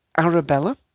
Arabella